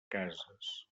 cases